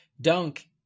Dunk